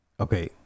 Okay